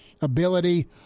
ability